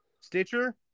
Stitcher